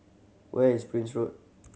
where is Prince Road